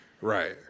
right